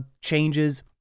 changes